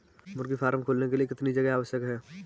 मुर्गी फार्म खोलने के लिए कितनी जगह होनी आवश्यक है?